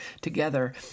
together